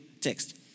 text